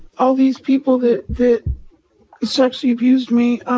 all these people that that sexually abused me.